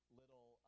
little